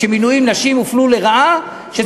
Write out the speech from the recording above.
כשנשים הופלו לרעה במינויים,